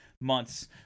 months